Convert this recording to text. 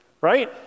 right